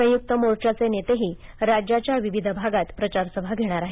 संयुक्त मोर्चाचे नेतेही राज्याच्या विविध भागांत प्रचारसभा घेणार आहेत